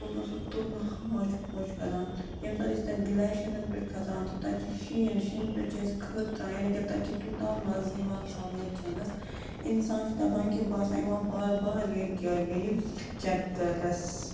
کوتاہ سُہ تُرُن ہوا چھُ خوش کَران ییٚمہِ ساتہٕ أسۍ تَتہِ گٕلیشَرَن پٮ۪ٹھ کھسان چھِ تَتہِ چھِ شیٖن شیٖنہٕ پیٚٹھۍ چھِ أسۍ کھٕر یعنی کہِ تَتہِ چھِ تیوٗتاہ مَزٕ یِوان سَوٲرۍ چٮ۪نَس اِنسان چھِ دَپان کہِ بہٕ ہسا یِمہٕ ہا بار بار ییٚتھۍ جایہِ بیٚیہِ چَکرَس